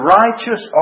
righteous